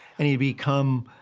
and he's become,